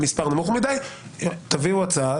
תביאו הצעה,